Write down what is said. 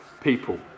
people